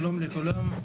שלום לכולם,